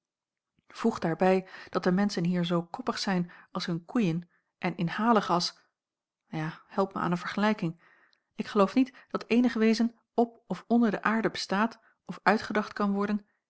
voeg daarbij dat de menschen hier zoo koppig zijn als hun koeien en inhalig van ja help mij aan een vergelijking ik geloof niet dat eenig wezen op of onder de aarde bestaat of uitgedacht kan worden